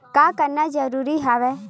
का करना जरूरी हवय?